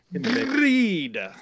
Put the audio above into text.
Greed